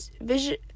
vision